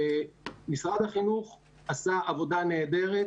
משרד החינוך עשה עבודה נהדרת,